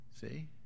See